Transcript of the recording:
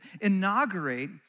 inaugurate